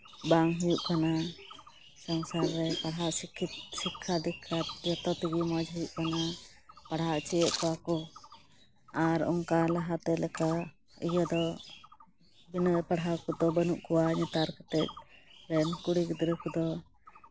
ᱵᱟᱝ ᱦᱩᱭᱩᱜ ᱠᱟᱱᱟ ᱥᱚᱝᱥᱟᱨ ᱨᱮ ᱯᱟᱲᱦᱟᱜ ᱥᱤᱠᱠᱷᱤᱛ ᱥᱤᱠᱠᱷᱟ ᱫᱤᱠᱠᱷᱟ ᱡᱚᱛᱚ ᱛᱮᱜᱮ ᱢᱚᱡᱽ ᱦᱩᱭᱩᱜ ᱠᱟᱱᱟ ᱯᱟᱲᱦᱟᱣ ᱦᱚᱪᱚᱭᱮᱫ ᱠᱚᱣᱟ ᱠᱚ ᱟᱨ ᱚᱱᱠᱟ ᱞᱟᱦᱟᱛᱮ ᱞᱮᱠᱟ ᱤᱭᱟᱹᱫᱚ ᱵᱤᱱᱟᱹ ᱯᱟᱲᱦᱟᱣ ᱠᱚᱫᱚ ᱵᱟᱹᱱᱩᱜ ᱠᱚᱣᱟ ᱱᱮᱛᱟᱨ ᱠᱟᱛᱮᱫ ᱨᱮᱱ ᱠᱩᱲᱤ ᱜᱤᱫᱽᱨᱟᱹ ᱠᱚᱫᱚ